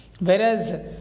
Whereas